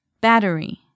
Battery